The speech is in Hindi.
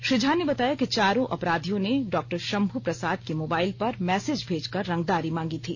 श्री झा ने बताया कि चारों अपराधियों ने डॉक्टर शंभू प्रसाद के मोबाइल पर मैसेज भेजकर रंगदारी मांगी थी